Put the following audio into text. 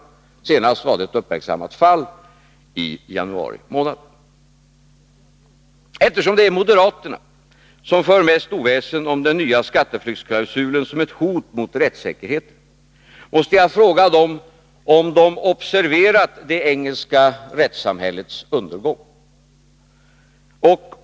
Senast var det ett uppmärksammat fall i januari månad. Eftersom det är moderaterna som för mest oväsen om den nya skatteflyktsklausulen, som ett hot mot rättssäkerheten, måste jag fråga dem om de har observerat det engelska rättssamhällets undergång.